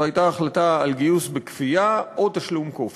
זו הייתה החלטה על גיוס בכפייה או תשלום כופר.